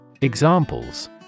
Examples